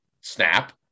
SNAP